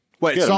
wait